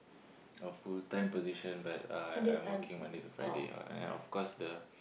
a full time position but I am working Monday to Friday and of course the